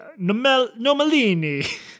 Nomalini